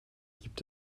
gibt